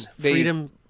freedom